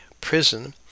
Prison